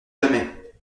jamais